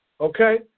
okay